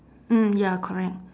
mm ya correct